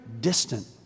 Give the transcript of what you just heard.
distant